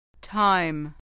Time